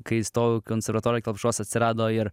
kai įstojau į konservatoriją kelpšos atsirado ir